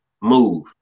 move